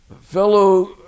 fellow